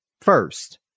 First